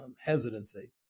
hesitancy